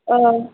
औ